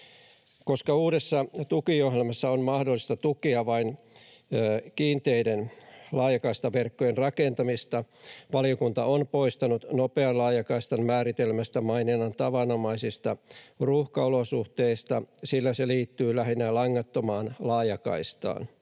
Koska uudessa tukiohjelmassa on mahdollista tukea vain kiinteiden laajakaistaverkkojen rakentamista, valiokunta on poistanut nopean laajakaistan määritelmästä maininnan tavanomaisista ruuhkaolosuhteista, sillä se liittyy lähinnä langattomaan laajakaistaan.